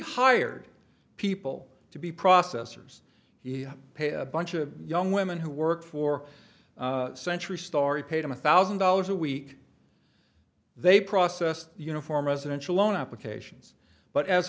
hired people to be processors he pay a bunch of young women who work for century stari pay them a thousand dollars a week they process the uniform residential loan applications but as